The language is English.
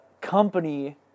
company